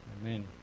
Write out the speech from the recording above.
Amen